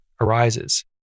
arises